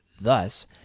Thus